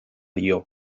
dio